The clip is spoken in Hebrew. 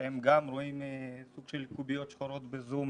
שהם גם רואים קוביות שחורות בזום,